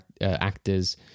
actors